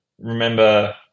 remember